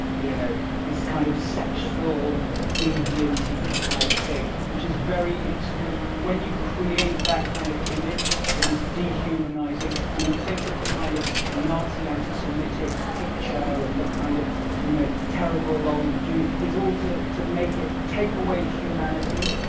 you know this kind of sexual deviant type thing, which is very because when you create that kind of image that is dehumanizing, i mean think of the kind of nazi anti-semitic picture of the kind of you know terrible old jew. it's all to to make it take away humanity,